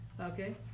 Okay